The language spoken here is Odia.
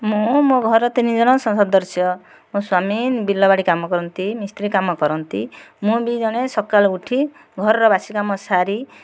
ମୁଁ ମୋ ଘରେ ତିନି ଜଣ ସଦସ୍ୟ ମୋ ସ୍ୱାମୀ ବିଲବାଡ଼ି କାମ କରନ୍ତି ମିସ୍ତ୍ରୀ କାମ କରନ୍ତି ମୁଁ ବି ଜଣେ ସକାଳୁ ଉଠି ଘରର ବାସି କାମ ସାରି